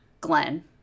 Glenn